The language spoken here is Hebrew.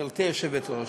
גברתי היושבת-ראש,